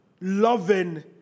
loving